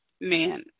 man